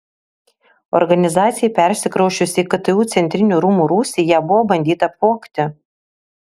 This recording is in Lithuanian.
organizacijai persikrausčius į ktu centrinių rūmų rūsį ją buvo bandyta apvogti